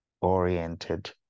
oriented